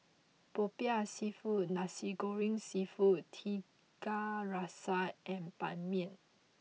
Popiah Seafood Nasi Goreng Seafood Tiga Rasa and Ban Mian